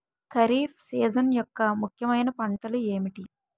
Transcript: Kharif season యెక్క ముఖ్యమైన పంటలు ఏమిటీ?